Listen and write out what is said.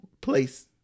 place